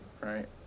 right